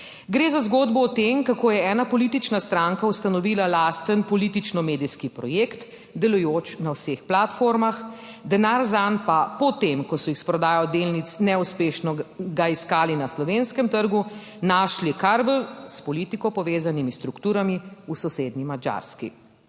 Gre za zgodbo o tem, kako je ena politična stranka ustanovila lasten politično medijski projekt, delujoč na vseh platformah, denar zanj pa po tem, ko so jih s prodajo delnic neuspešno ga iskali na slovenskem trgu, našli kar s politiko povezanimi strukturami v sosednji Madžarski.